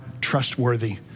trustworthy